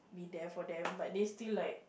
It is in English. be there for them but they still like